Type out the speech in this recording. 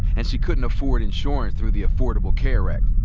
and she couldn't afford insurance through the affordable care act.